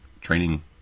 training